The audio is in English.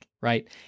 Right